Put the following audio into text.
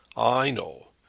i know.